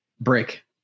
break